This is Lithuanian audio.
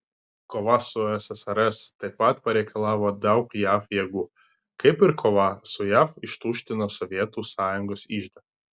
kova su ssrs taip pat pareikalavo daug jav jėgų kaip ir kova su jav ištuštino sovietų sąjungos iždą